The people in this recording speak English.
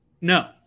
No